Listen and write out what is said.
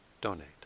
donate